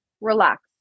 relax